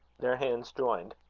their hands joined.